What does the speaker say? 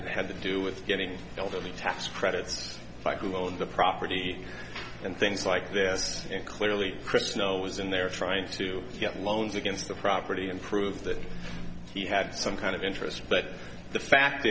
that had to do with getting elderly tax credits by who owns the property and things like this and clearly chris now was in there trying to get loans against the property and prove that he had some kind of interest but the fact